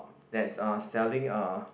that's uh selling a